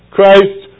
Christ